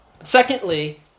Secondly